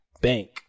bank